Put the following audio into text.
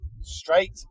straight